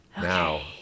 now